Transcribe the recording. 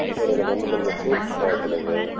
sir எனக்கு வந்து கொஞ்சம் ஃப்ரூட்ஸ் தேவைப்படுது